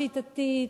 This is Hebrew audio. שיטתית,